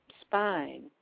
spine